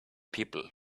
people